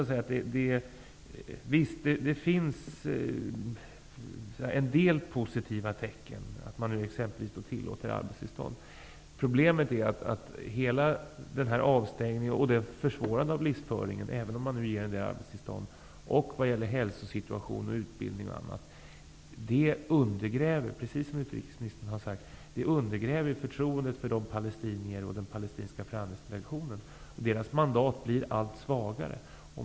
Det finns en del positiva tecken, t.ex. att det utfärdas arbetstillstånd. Problemet är att avstängningen försvårar livsföringen, även om en del arbetstillstånd utfärdas. Det gäller även hälsoläget, utbildning osv. Precis som utrikesministern har sagt undergräver detta förtroendet för den palestinska förhandlingsdelegationen. Deras mandat blir allt svagare.